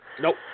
Nope